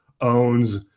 owns